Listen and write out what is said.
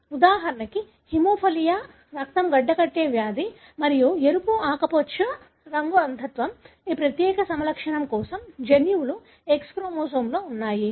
ఉదాహరణకు హిమోఫిలియా రక్తం గడ్డకట్టే వ్యాధి మరియు ఎరుపు ఆకుపచ్చ రంగు అంధత్వం ఈ ప్రత్యేక సమలక్షణం కోసం జన్యువులు X క్రోమోజోమ్లో ఉన్నాయి